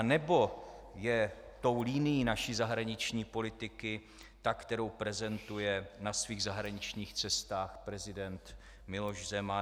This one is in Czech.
Nebo je tou linií naší zahraniční politiky ta, kterou prezentuje na svých zahraničních cestách prezident Miloš Zeman?